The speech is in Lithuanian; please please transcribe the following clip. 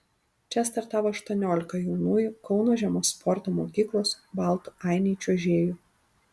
čia startavo aštuoniolika jaunųjų kauno žiemos sporto mokyklos baltų ainiai čiuožėjų